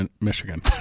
Michigan